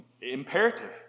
imperative